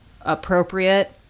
appropriate